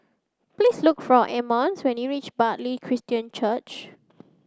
please look for Emmons when you reach Bartley Christian Church